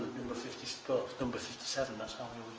fifty so number fifty seven. that's